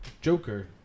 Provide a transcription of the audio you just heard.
Joker